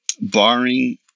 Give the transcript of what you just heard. barring